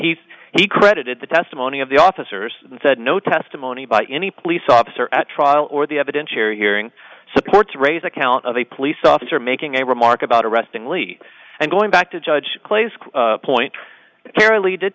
he he credited the testimony of the officers and said no testimony by any police officer at trial or the evidentiary hearing supports raise account of a police officer making a remark about arresting lee and going back to judge clay's point